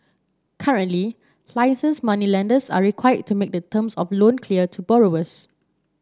currently licensed moneylenders are required to make the terms of loan clear to borrowers